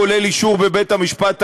כולל אישור בבית המשפט העליון,